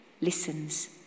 listens